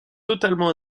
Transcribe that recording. totalement